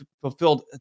fulfilled